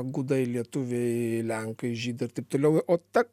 gudai lietuviai lenkai žydai ir taip toliau o ta